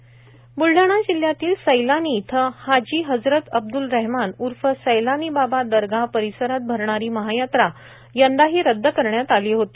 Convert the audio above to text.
सैलानीयात्रा ब्लढाणा ब्लढाणा जिल्ह्यातील सैलानी येथे हाजी हजरत अब्द्ल रहमान उर्फ सैलानी बाबा दरगाह परिसरात भरणारी महायात्रा यंदाही रद्द करण्यात आली होती